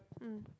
mm